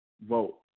vote